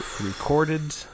recorded